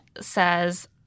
says –